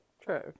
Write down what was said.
true